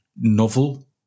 novel